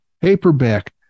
paperback